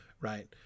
right